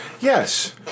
Yes